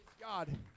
God